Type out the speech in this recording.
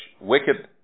wicked